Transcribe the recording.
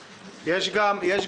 לי.